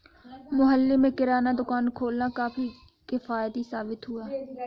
मोहल्ले में किराना दुकान खोलना काफी किफ़ायती साबित हुआ